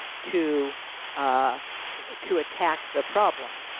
to ah to attack the problem.